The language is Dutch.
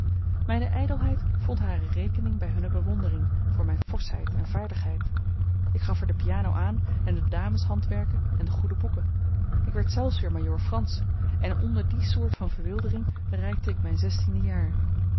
mijne ijdelheid vond hare rekening bij hunne bewondering voor mijne forschheid en vaardigheid ik gaf er de piano aan en de dameshandwerken en de goede boeken ik werd zelfs weer majoor frans en onder die soort van verwildering bereikte ik mijn zestiende jaar